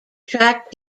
track